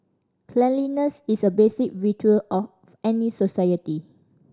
cleanliness is a basic virtue of any society